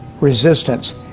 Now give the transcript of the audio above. resistance